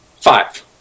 Five